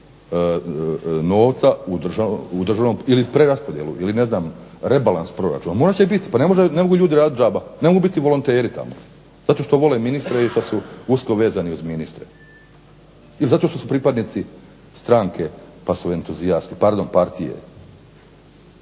novca u državnom ili preraspodjelu ili ne znam rebalans proračuna. Pa ne mogu ljudi raditi džaba, ne mogu biti volonteri tamo zato što vole ministre i zato što su usko vezani uz ministre ili zato što su pripadnici stranke pa su entuzijasti, pardon partije.